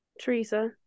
Teresa